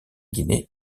guinée